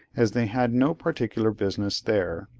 as they had no particular business there,